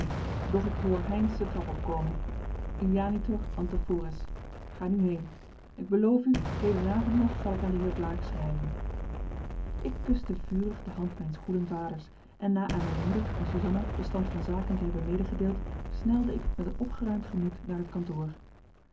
doch ik hoor heynsz de trap opkomen ianitor ante fores ga nu heen ik beloof u hedenavond nog zal ik aan den heer blaek schrijven ik kuste vurig de hand mijns goeden vaders en na aan mijn moeder en suzanna den stand van zaken te hebben medegedeeld snelde ik met een opgeruimd gemoed naar het kantoor